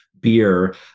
beer